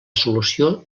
solució